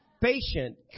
Patient